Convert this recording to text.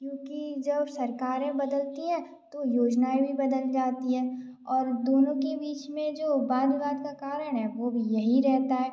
क्योंकि जब सरकारें बदलती हैं तो योजनाऍं भी बदल जाती हैं और दोनों के बीच में जो वाद विवाद का कारण है वो भी यही रहता है